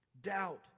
Doubt